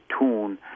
tune